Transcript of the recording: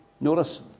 Notice